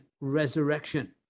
resurrection